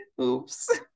Oops